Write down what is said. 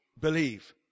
believe